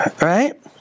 Right